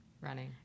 Running